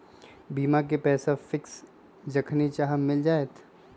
बीमा के पैसा फिक्स जखनि चाहम मिल जाएत?